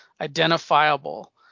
identifiable